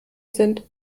sind